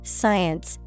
science